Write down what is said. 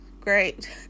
Great